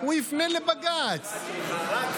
אתה שר.